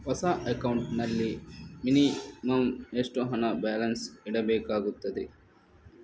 ಹೊಸ ಅಕೌಂಟ್ ನಲ್ಲಿ ಮಿನಿಮಂ ಎಷ್ಟು ಹಣ ಬ್ಯಾಲೆನ್ಸ್ ಇಡಬೇಕಾಗುತ್ತದೆ?